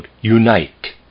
unite